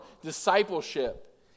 discipleship